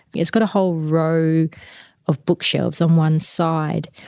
it's got a whole row of bookshelves on one side,